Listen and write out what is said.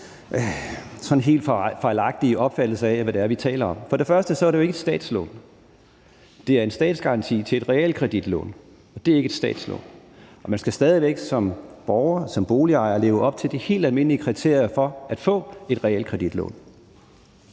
sådan helt fejlagtige opfattelser af, hvad det er, vi taler om. Først og fremmest er det jo ikke et statslån. Det er en statsgaranti til et realkreditlån, og det er ikke et statslån. Og man skal stadig væk som borger og som boligejer leve op til de helt almindelige kriterier for at få et realkreditlån.